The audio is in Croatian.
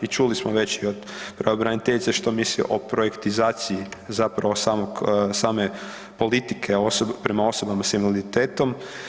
I čuli smo već i od pravobraniteljice što misli o projektizaciji same politike prema osobama s invaliditetom.